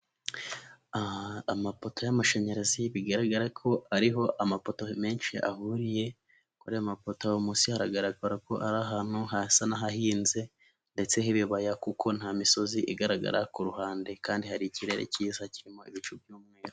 Amapoto y'amashanyarazi bigaragara ko ariho amapoto menshi ahuriye, kuri ayo mapotomosi hagaragara ko ari ahantu hasa n'ahahinze ndetse h'ibibaya kuko nta misozi igaragara ku ruhande kandi hari ikirere cyiza kirimo ibicu by'umweru.